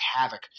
havoc